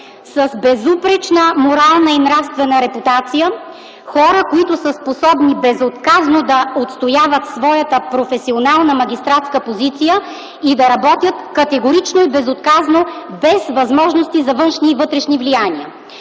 с безупречна морална и нравствена репутация, които са способни безотказно да отстояват своята професионална магистратска позиция и да работят категорично и безотказно, без възможности за външни и вътрешни влияния.